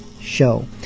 show